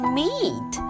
meet